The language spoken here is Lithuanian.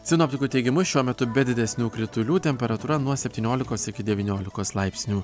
sinoptikų teigimu šiuo metu be didesnių kritulių temperatūra nuo septyniolikos iki devyniolikos laipsnių